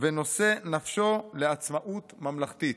ונושא נפשו לעצמאות ממלכתית.